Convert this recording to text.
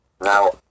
Now